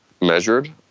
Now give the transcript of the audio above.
measured